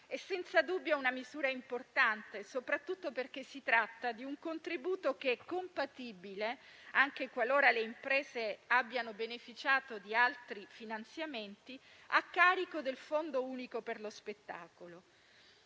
è senza dubbio una misura importante, soprattutto perché si tratta di un contributo che è compatibile anche qualora le imprese abbiano beneficiato di altri finanziamenti, a carico del Fondo unico per lo spettacolo.